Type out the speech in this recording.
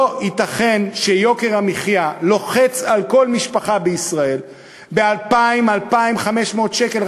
לא ייתכן שיוקר המחיה לוחץ על כל משפחה בישראל ב-2,000 2,500 שקל,